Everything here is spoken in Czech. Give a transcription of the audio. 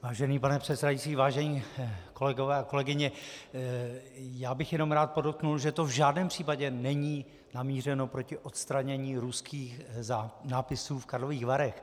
Vážený pane předsedající, vážení kolegové a kolegyně, já bych jenom rád podotkl, že to v žádném případě není namířeno proti odstranění ruských nápisů v Karlových Varech.